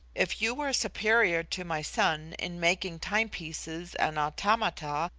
if you were superior to my son in making timepieces and automata,